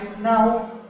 now